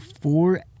Four